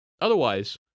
otherwise